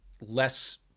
less